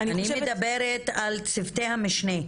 אני מדברת על צוותי המשנה.